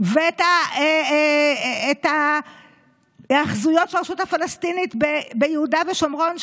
ואת ההיאחזויות של הרשות הפלסטינית ביהודה ושומרון,